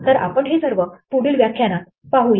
तर आपण हे सर्व पुढील व्याख्यानात पाहूया